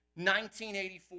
1984